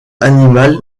animal